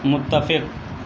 متفق